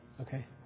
Okay